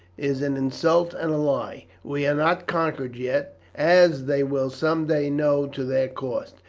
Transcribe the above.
is an insult and a lie. we are not conquered yet, as they will some day know to their cost.